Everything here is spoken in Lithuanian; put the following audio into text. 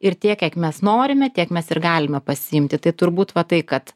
ir tiek kiek mes norime tiek mes ir galime pasiimti tai turbūt va tai kad